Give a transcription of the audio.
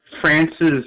france's